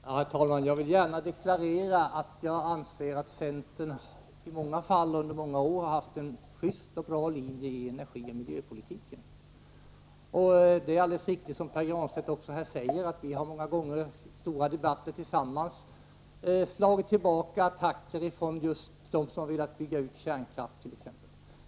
Herr talman! Jag vill gärna deklarera att jag anser att centern i många fall under åtskilliga år har haft en just och bra linje i energioch miljöpolitiken. Det är alldeles riktigt, som Pär Granstedt också säger, att vi många gånger i stora debatter tillsammans har slagit tillbaka attacker från just dem som har velat bygga ut kärnkraften.